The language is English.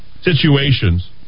situations